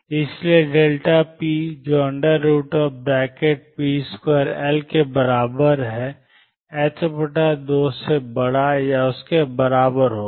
इसलिए p जो ⟨p2⟩L के बराबर है 2 से बड़ा या उसके बराबर होगा